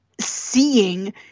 seeing